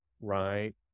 right